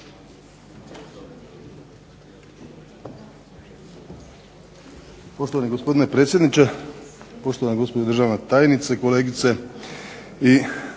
Poštovani gospodine predsjedniče, poštovana gospođo državna tajnice, kolegice i